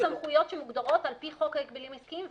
יש לבית הדין סמכויות שמוגדרות על פי חוק ההגבלים העסקיים,